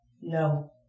No